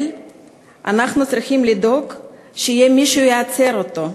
אנחנו צריכים לדאוג שיהיה מי שייצר אותה.